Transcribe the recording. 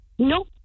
No